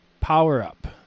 power-up